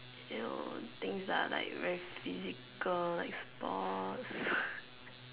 you know things are like very physical like sports